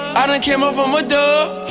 i done came up um and